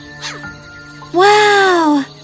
Wow